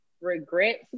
regrets